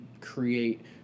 create